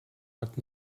ort